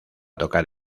tocar